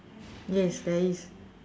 yes there is